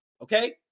okay